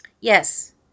yes